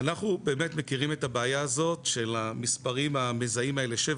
אנחנו באמת מכירים את הבעיה הזאת של המספרים המזהים האלה 77,